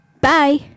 Bye